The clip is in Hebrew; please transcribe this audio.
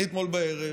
אתמול בערב,